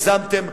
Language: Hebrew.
הגזמתם.